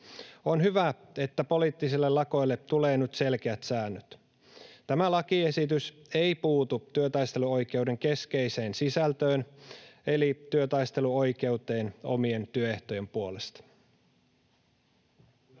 On hyvä, että poliittisille lakoille tulee nyt selkeät säännöt. Tämä lakiesitys ei puutu työtaisteluoikeuden keskeiseen sisältöön eli työtaisteluoikeuteen omien työehtojen puolesta.